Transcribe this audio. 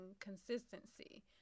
consistency